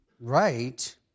right